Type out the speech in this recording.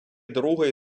другої